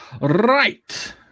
right